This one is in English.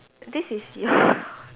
this is your